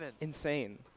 Insane